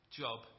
job